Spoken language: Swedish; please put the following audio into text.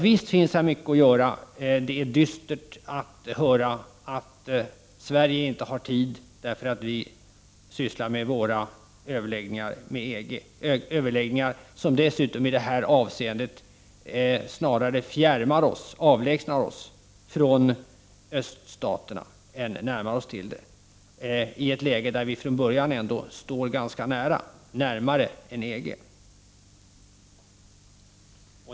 Visst finns det mycket att göra, men det är dystert att höra att Sverige inte har tid, därför att vi sysslar med våra överläggningar med EG, överläggningar som dessutom i detta avseende snarare avlägsnar oss från öststaterna än närmar oss till dem, i ett läge där vi från början står ganska nära dem — närmare än EG.